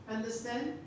Understand